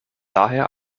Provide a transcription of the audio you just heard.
daher